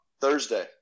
Thursday